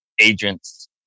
agents